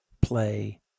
play